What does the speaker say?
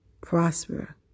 Prosper